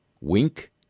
Wink